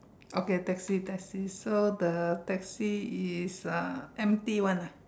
okay taxi taxi so the taxi is uh empty [one] ah